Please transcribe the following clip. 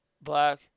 black